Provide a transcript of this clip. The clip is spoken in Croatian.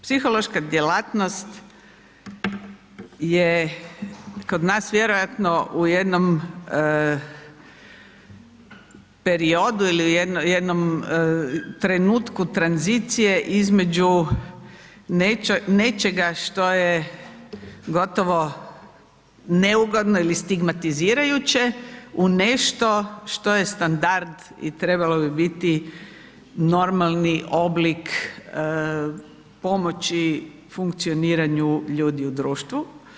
Psihološka djelatnost je kod nas vjerojatno u jednom periodu ili u jednom trenutku tranzicije između nečega što je gotovo neugodno ili stigmatizirajuće u nešto što je standard i trebalo bi biti normalni oblik pomoći funkcioniranju ljudi u društvu.